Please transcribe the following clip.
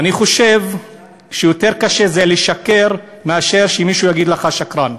אני חושב שזה יותר קשה לשקר מאשר שמישהו יגיד לך שקרן.